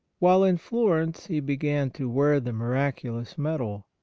while in florence he began to wear the miraculous medal,